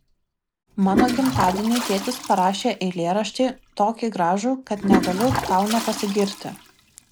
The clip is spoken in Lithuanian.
mano gimtadieniui tėtis parašė eilėraštį tokį gražų kad negaliu tau nepasigirti